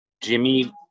Jimmy